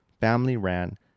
family-ran